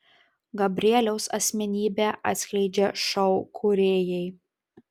gabrieliaus asmenybę atskleidžia šou kūrėjai